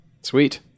Sweet